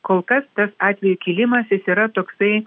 kol kas tas atvejų kilimas jis yra toksai